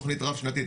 תכנית רב שנתית,